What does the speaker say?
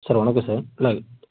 sir வணக்கம் sir நான்